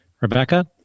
Rebecca